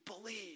Believe